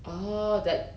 oh that